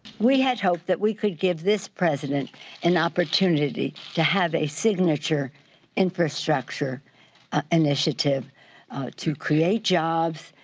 we had hoped that we could give this president an opportunity to have a signature infrastructure initiative to create jobs,